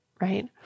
right